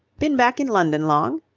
been back in london long?